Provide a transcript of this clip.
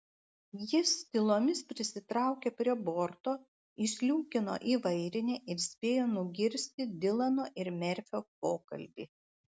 jis tylomis prisitraukė prie borto įsliūkino į vairinę ir spėjo nugirsti dilano ir merfio pokalbį